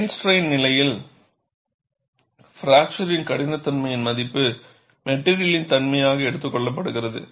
plane ஸ்ட்ரைன்நிலையில் fracture கடினத்தன்மையின் மதிப்பு மெட்டிரியலின் தன்மையாக எடுத்துக் கொள்ளப்படுகிறது